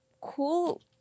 cool